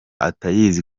atayizi